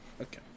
Okay